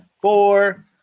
four